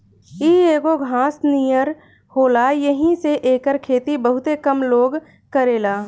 इ एगो घास नियर होला येही से एकर खेती बहुते कम लोग करेला